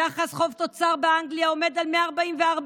יחס החוב תוצר באנגליה עומד על 144%,